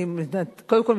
קודם כול,